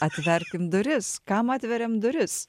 atverkim duris kam atveriam duris